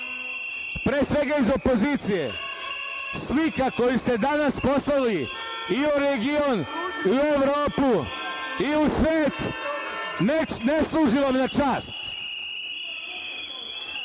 gospodo iz opozicije, slika koju ste danas poslali i u region i u Evropu i u svet ne služi vam na čast.